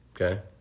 Okay